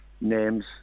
names